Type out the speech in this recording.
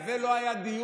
על זה לא היה דיון.